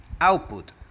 Output